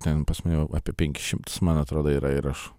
ten pas mane jau apie penkis šimtus man atrodo yra įrašų